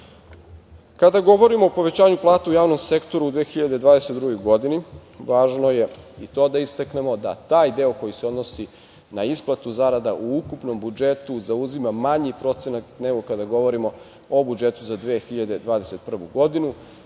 govorimo o povećanju plata u javnom sektoru u 2022. godini, važno je i to da istaknemo da taj deo koji se odnosi na isplatu zarada u ukupnom budžetu zauzima manji procenat nego kada govorimo o budžetu za 2021. godinu.